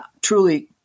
truly